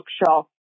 bookshelf